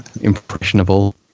impressionable